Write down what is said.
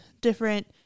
different